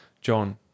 John